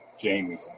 Jamie